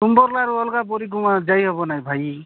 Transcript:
ସୁୁମ୍ବରଲାରୁ ଅଲଗା ବରିଘୁମା ଯାଇ ହବ ନାଇଁ ଭାଇ